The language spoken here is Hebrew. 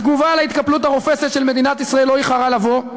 התגובה להתקפלות הרופסת של מדינת ישראל לא איחרה לבוא,